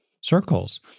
circles